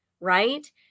right